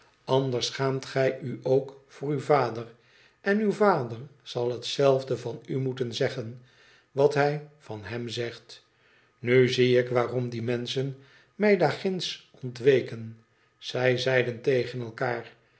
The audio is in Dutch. anders schaamt gij u ook voor uw vader en uw vader zal hetzelfde van u moeten zeggen wat hij van hem zegt nu zie ik waarom die menschen mij daarginds ontweken zij zeiden teen elkaar